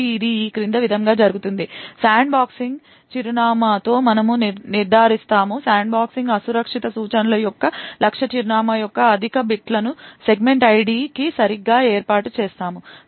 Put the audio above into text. కాబట్టి ఇది ఈ క్రింది విధంగా జరుగుతుంది శాండ్బాక్సింగ్ చిరునామాతో మనము నిర్ధారిస్తాము శాండ్బాక్సింగ్ అసురక్షిత సూచనల యొక్క లక్ష్య చిరునామా యొక్క అధిక బిట్లను సెగ్మెంట్ ఐడికి సరిగ్గా ఏర్పాటు చేస్తాము